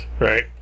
Right